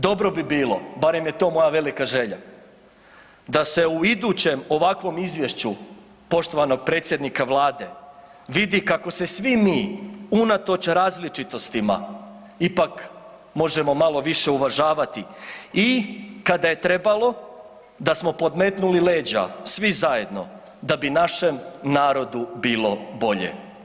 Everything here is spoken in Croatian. Dobro bi bilo, barem je to moja velika želja da se u idućem ovakvom izvješću poštovanog predsjednika vlade vidi kako se svi mi unatoč različitostima ipak možemo malo više uvažavati i kada je trebalo da smo podmetnuli leđa svi zajedno da bi našem narodu bilo bolje.